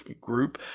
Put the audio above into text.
group